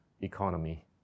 economy